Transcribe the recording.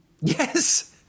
Yes